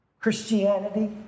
Christianity